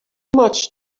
much